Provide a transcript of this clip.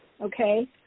okay